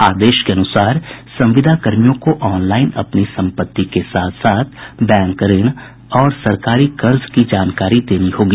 आदेश के अनुसार संविदाकर्मियों को ऑनलाईन अपनी सम्पत्ति के साथ साथ बैंक ऋण और सरकारी कर्ज की जानकारी भी देनी होगी